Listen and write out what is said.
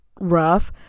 rough